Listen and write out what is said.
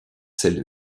celles